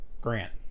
Grant